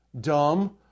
dumb